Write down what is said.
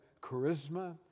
charisma